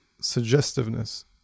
suggestiveness